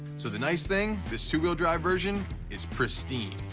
so the nice thing, this two-wheel drive version is pristine.